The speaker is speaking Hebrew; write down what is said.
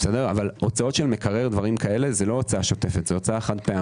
אבל הוצאות של מקרר וכו' זה לא הוצאה שוטפת אלא הוצאה חד פעמית.